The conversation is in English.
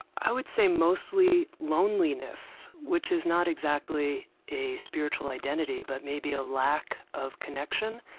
i would say mostly loneliness, which is not exactly a spiritual identity, but maybe a lack of connection.